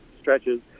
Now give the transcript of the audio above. stretches